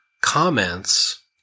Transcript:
comments